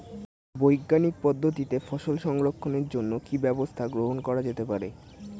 বৈজ্ঞানিক পদ্ধতিতে ফসল সংরক্ষণের জন্য কি ব্যবস্থা গ্রহণ করা যেতে পারে?